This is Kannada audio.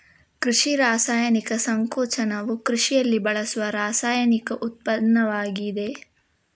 ಕೃಷಿ ರಾಸಾಯನಿಕ ಸಂಕೋಚನವು ಕೃಷಿಯಲ್ಲಿ ಬಳಸುವ ರಾಸಾಯನಿಕ ಉತ್ಪನ್ನವಾಗಿದೆ